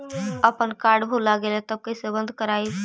अपन कार्ड भुला गेलय तब कैसे बन्द कराइब?